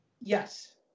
Yes